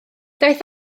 daeth